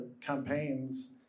campaigns